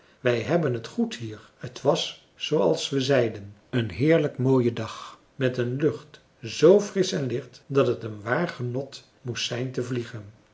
wij hebben het goed hier t was zooals we zeiden een heerlijk mooie dag met een lucht z frisch en licht dat het een waar genot moest zijn te vliegen